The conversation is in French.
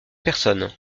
personne